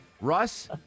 russ